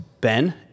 Ben